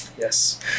Yes